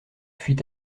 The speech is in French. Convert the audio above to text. fuit